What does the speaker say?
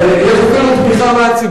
יש לנו תמיכה מהציבור.